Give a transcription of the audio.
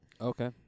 Okay